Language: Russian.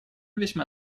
весьма